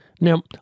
Now